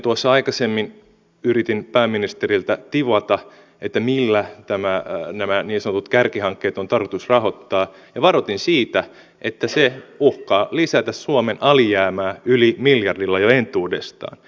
tuossa aikaisemmin yritin pääministeriltä tivata millä nämä niin sanotut kärkihankkeet on tarkoitus rahoittaa ja varoitin siitä että se uhkaa lisätä suomen alijäämää yli miljardilla jo entuudestaan